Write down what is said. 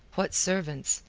what servants?